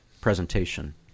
presentation